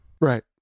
Right